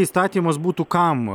įstatymas būtų kam